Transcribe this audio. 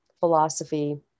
philosophy